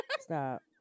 stop